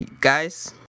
Guys